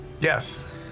Yes